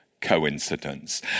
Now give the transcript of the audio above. coincidence